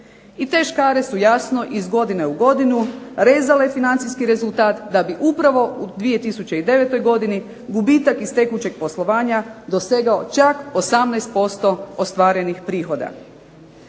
te škare su jasno iz godine u godinu rezale financijski rezultat da bi upravo u 2009. godini gubitak iz tekućeg poslovanja dosegao čak 18% ostvarenih prihoda.